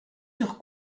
sur